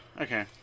Okay